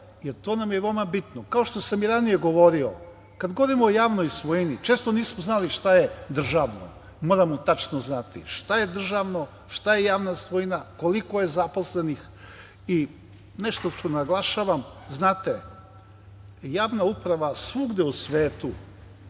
jer to nam je veoma bitno. Kao što sam i ranije govorio, kada govorimo o javnoj svojini, često nismo znali šta je državno. Moramo tačno znati šta je državno, šta je javna svojina, koliko je zaposlenih, i naglašavam javna uprava svugde u svetu